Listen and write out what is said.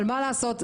מה לעשות,